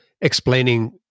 explaining